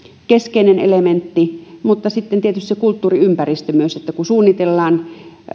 keskeinen elementti mutta sitten tietysti se kulttuuriympäristö myös kun suunnitellaan